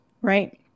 Right